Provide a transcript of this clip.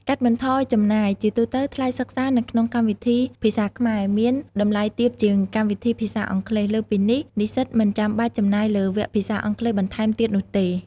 កាត់បន្ថយចំណាយ ជាទូទៅ ថ្លៃសិក្សានៅក្នុងកម្មវិធីភាសាខ្មែរមានតម្លៃទាបជាងកម្មវិធីភាសាអង់គ្លេស។ លើសពីនេះ និស្សិតមិនចាំបាច់ចំណាយលើវគ្គភាសាអង់គ្លេសបន្ថែមទៀតនោះទេ។